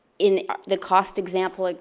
in the cost example,